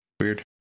weird